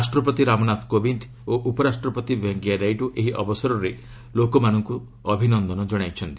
ରାଷ୍ଟ୍ରପତି ରାମନାଥ କୋବିନ୍ଦ ଓ ଉପରାଷ୍ଟ୍ରପତି ଭେଙ୍କିୟା ନାଇଡ଼ୁ ଏହି ଅବସରରେ ଲୋକମାନଙ୍କୁ ଅଭିନନ୍ଦନ ଜଣାଇଛନ୍ତି